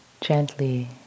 gently